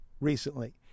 recently